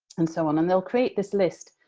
and so on, and they'll create this list,